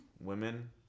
women